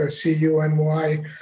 CUNY